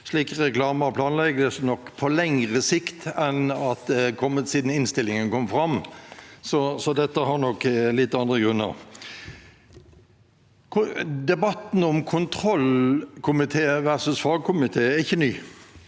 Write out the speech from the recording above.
slike reklamer planlegges nok på lengre sikt enn om de var kommet siden innstillingen kom. Dette har nok litt andre grunner. Debatten om kontrollkomité versus fagkomité er ikke ny.